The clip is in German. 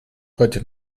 heute